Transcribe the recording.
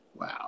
Wow